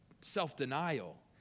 self-denial